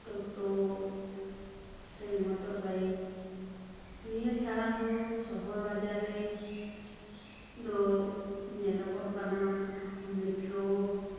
ᱴᱳᱴᱳ ᱥᱮ motor bike ᱱᱤᱭᱟᱹ ᱪᱷᱟᱲᱟ ᱦᱚᱸ ᱥᱚᱦᱚᱨ ᱵᱟᱡᱟᱨ ᱨᱮ ᱫᱚ ᱧᱮᱞᱚᱜᱚᱜ ᱠᱟᱱᱟ ᱢᱮᱴᱴᱨᱳ